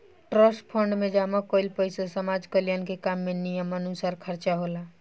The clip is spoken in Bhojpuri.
ट्रस्ट फंड में जमा कईल पइसा समाज कल्याण के काम में नियमानुसार खर्चा होला